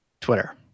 Twitter